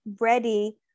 ready